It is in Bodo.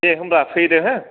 दे होनबा फैदो हो